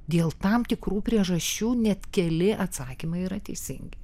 dėl tam tikrų priežasčių net keli atsakymai yra teisingi